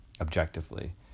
objectively